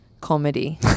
Comedy